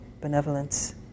benevolence